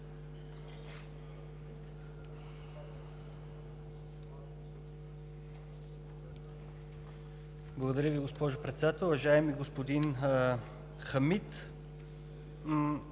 Благодаря Ви, госпожо Председател. Уважаеми господин Хамид,